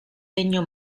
legno